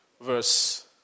verse